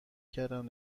کردم